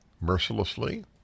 mercilessly